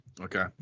Okay